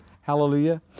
Hallelujah